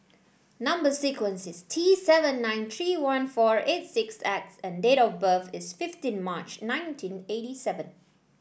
number sequence is T seven nine three one four eight six X and date of birth is fifteen March nineteen eighty seven